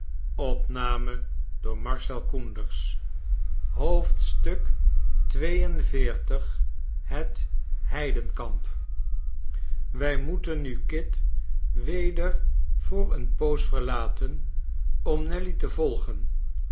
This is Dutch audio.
het heidenkamp wij moeten nu kit weder voor eene poos verlaten om nelly te volgen